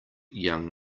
young